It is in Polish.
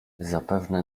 zapewne